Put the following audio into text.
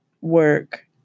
work